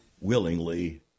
willingly